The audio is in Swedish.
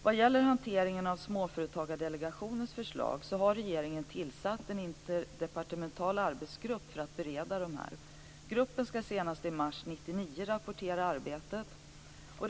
Vad gäller hanteringen av Småföretagsdelegationens förslag har regeringen tillsatt en interdepartemental arbetsgrupp för att bereda dessa. Gruppen skall senast i mars 1999 rapportera sitt arbete.